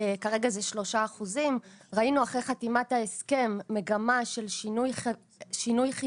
כרגע זה 3%. ראינו אחרי חתימת ההסכם מגמה של שינוי חיובי